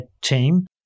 team